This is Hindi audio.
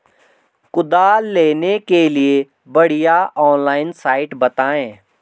कुदाल लेने के लिए बढ़िया ऑनलाइन साइट बतायें?